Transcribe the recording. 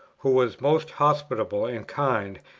who was most hospitable and kind,